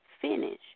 finish